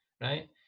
right